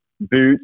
boots